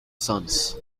sons